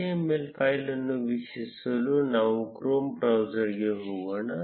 html file ಅನ್ನು ವೀಕ್ಷಿಸಲು ನಾವು ಕ್ರೋಮ ಬ್ರೌಸರ್ಗೆ ಹೋಗೋಣ